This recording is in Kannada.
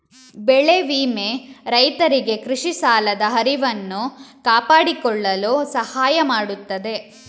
ಬೆಳೆ ವಿಮೆ ರೈತರಿಗೆ ಕೃಷಿ ಸಾಲದ ಹರಿವನ್ನು ಕಾಪಾಡಿಕೊಳ್ಳಲು ಸಹಾಯ ಮಾಡುತ್ತದೆ